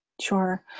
Sure